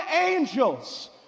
angels